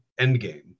Endgame